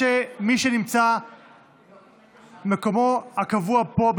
מי שמקומו הקבוע פה,